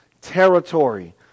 territory